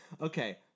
okay